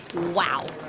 wow.